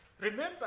Remember